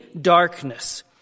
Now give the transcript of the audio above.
darkness